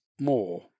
more